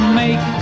make